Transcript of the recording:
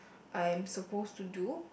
I am suppose to do